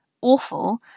awful